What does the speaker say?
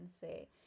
say